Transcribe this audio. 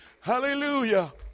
Hallelujah